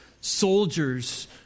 soldiers